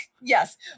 Yes